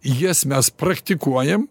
jas mes praktikuojam